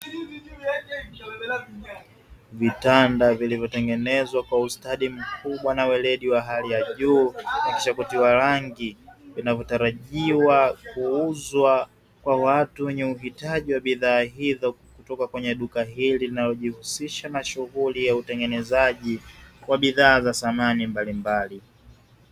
Vitanda vilivyotengenezwa kwa ustadi mkubwa na ueledi wa hali ya juu kisha kutiwa rangi, vinavyotarajiwa kuuzwa kwa watu wenye uhitaji wa bidhaa hizo kutoka kwenye duka hili linalojihusisha na sheria za utengenezaji wa bidhaa za samani mbalimbali.